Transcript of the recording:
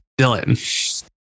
Dylan